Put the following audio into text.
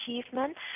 achievement